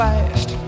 Fast